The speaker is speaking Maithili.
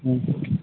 हुँ